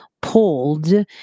pulled